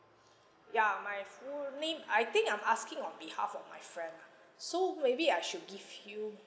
ya my full name I think I'm asking on behalf of my friend lah so maybe I should give you